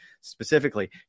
specifically